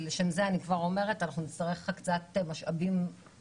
ואנחנו נצטרך להתחשב בכל זה,